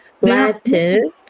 Latin